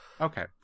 Okay